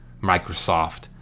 Microsoft